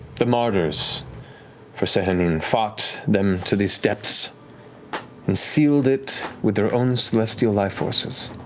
the martyrs for sehanine fought them to these depths and sealed it with their own celestial life forces